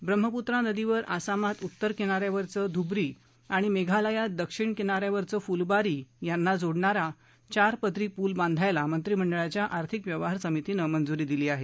ब्रह्मपुत्रा नदीवर आसामात उत्तर किनाऱ्यावरचं धुबरी आणि मेघालयात दक्षिण किनाऱ्यावरचं फुलबारी यांना जोडणार चारपदरी पूल बांधायला मंत्रिमंडळाच्या आर्थिक व्यवहार समितीनं मंजूरी दिली आहे